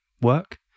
work